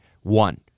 One